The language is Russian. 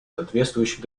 соответствующих